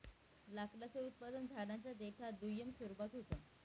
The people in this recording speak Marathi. लाकडाचं उत्पादन झाडांच्या देठात दुय्यम स्वरूपात होत